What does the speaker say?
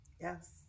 Yes